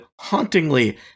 hauntingly